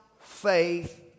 faith